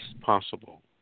possible